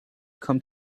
come